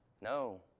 no